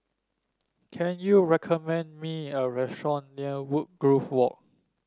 can you recommend me a restaurant near Woodgrove Walk